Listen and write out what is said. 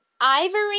ivory